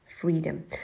freedom